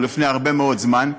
לפני הרבה מאוד זמן.